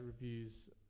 reviews